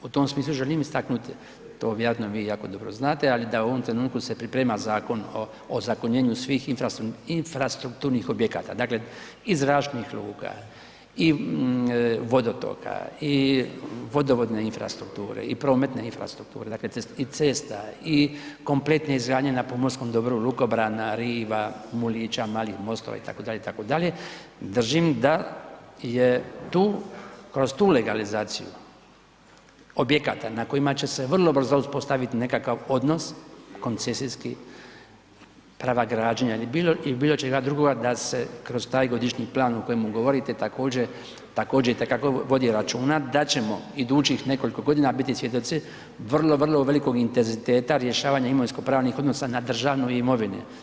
U tom smislu želim istaknuti, to vjerojatno vi jako dobro znate, ali da u ovom trenutku se priprema Zakon o ozakonjenju svih infrastrukturnih objekata, dakle i zračnih luka i vodotoka i vodovodne infrastrukture i prometne infrastrukture i cesta i kompletne izgradnje na pomorskom dobru lukobrana, riva, mulića, malih mostova, itd., itd., držim da je to kroz tu legalizaciju objekata na kojima će se vrlo brzo uspostaviti nekakav odnos, koncesijski prava građenja ili bilo čega drugoga da se kroz taj godišnji plan o kojemu govorite, također itekako vodi računa da ćemo idućih nekoliko godina biti svjedoci vrlo, vrlo velikog intenziteta rješavanja imovinsko-pravnih odnosa na državnoj imovini.